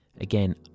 again